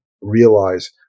realize